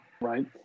right